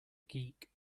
geek